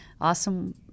awesome